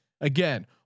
again